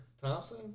Thompson